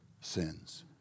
sins